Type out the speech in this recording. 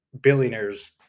billionaires